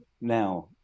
now